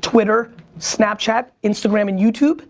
twitter, snapchat, instagram, and youtube